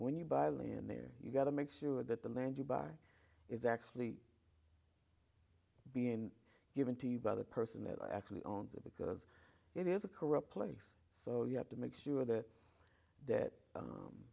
when you buy land there you've got to make sure that the land you buy is actually being given to you by the person that actually owns it because it is a corrupt place so you have to make sure that that